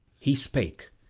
he spake,